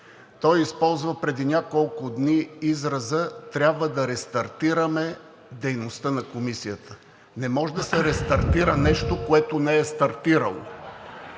Той използва преди няколко дни израза – трябва да рестартираме дейността на Комисията. Не може да се рестартира нещо, което не е стартирало.